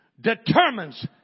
determines